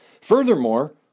Furthermore